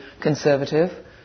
conservative